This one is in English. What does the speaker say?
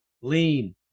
Lean